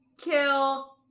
kill